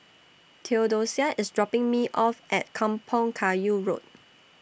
Theodosia IS dropping Me off At Kampong Kayu Road